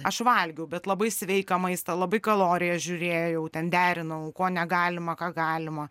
aš valgiau bet labai sveiką maistą labai kalorijas žiūrėjau ten derinau ko negalima ką galima